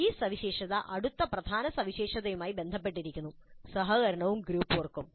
ഈ സവിശേഷത അടുത്ത പ്രധാന സവിശേഷതയുമായി ബന്ധപ്പെട്ടിരിക്കുന്നു സഹകരണവും ഗ്രൂപ്പ് വർക്കും